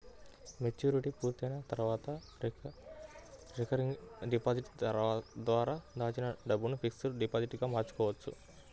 maturity పూర్తయిన తర్వాత recurring deposit ద్వారా దాచిన డబ్బును ఫిక్స్డ్ డిపాజిట్ గా మార్చుకోవచ్చు